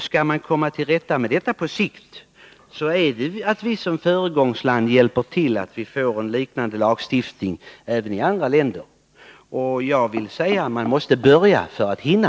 Skall vi komma till rätta med detta på sikt, måste Sverige som föregångsland se till att man får en liknande lagstiftning även i andra länder — man måste börja för att hinna.